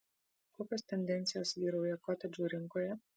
kokios tendencijos vyrauja kotedžų rinkoje